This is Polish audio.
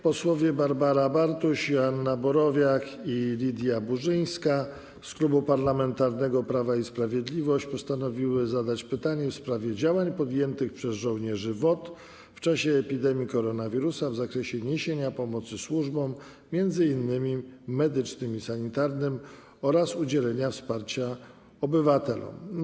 Posłowie Barbara Bartuś, Joanna Borowiak i Lidia Burzyńska z Klubu Parlamentarnego Prawo i Sprawiedliwość postanowiły zadać pytanie w sprawie działań podjętych przez żołnierzy WOT w czasie epidemii koronawirusa w zakresie niesienia pomocy służbom, m.in. medycznym i sanitarnym, oraz udzielania wsparcia obywatelom.